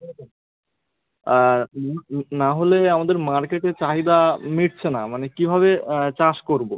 নাহলে আমাদের মার্কেটে চাহিদা মিটছে না মানে কীভাবে চাষ করবো